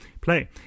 Play